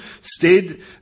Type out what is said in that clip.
stayed